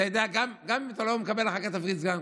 אתה יודע: גם אם אתה לא מקבל אחר כך תפקיד סגן,